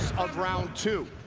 of round two.